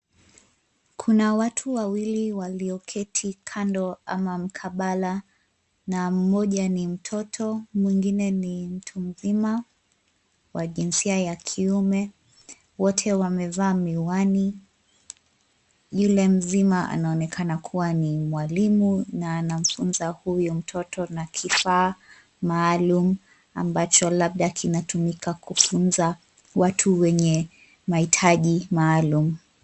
Kuna watu wawili waliyoketi kando ama mkabala na mmoja ni mtoto mwingine ni mtu mzima wa jinsia ya kiume. Wote wamevaa miwani ,yule mzima anaonekana kuwa ni mwalimu na anamfunza huyu mtoto na kifaa maalum ambacho labda kinatumika kufunza watu wenye mahitaji maalum.